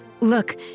Look